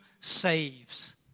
saves